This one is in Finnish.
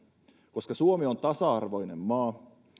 koska suomi on tasa arvoinen maa